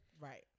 Right